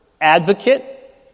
advocate